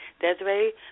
Desiree